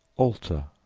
altar,